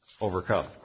overcome